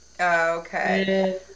Okay